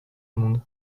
monde